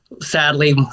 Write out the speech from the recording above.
Sadly